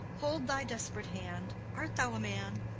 hold thy desperate hand. art thou a man?